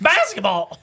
Basketball